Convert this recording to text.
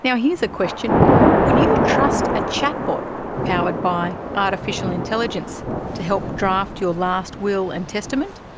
now, here's a question would you trust a chat bot powered by artificial intelligence to help draft your last will and testament?